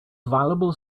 valuable